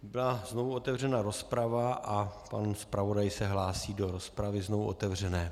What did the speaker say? Byla znovu otevřena rozprava a pan zpravodaj se hlásí do rozpravy znovu otevřené.